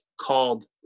called